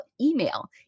email